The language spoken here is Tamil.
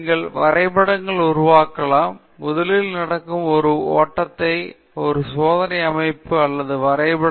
நீங்கள் வரைபடங்களை உருவாக்கலாம் முதலியன நடக்கும் ஒரு ஓட்டம் ஒரு சோதனை அமைப்பு அல்லது வரைபடம் வரைதல்